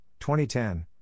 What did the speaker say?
2010